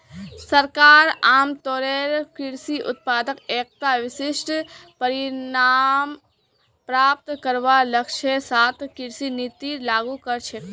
सरकार आमतौरेर कृषि उत्पादत एकता विशिष्ट परिणाम प्राप्त करवार लक्ष्येर साथ कृषि नीतिर लागू कर छेक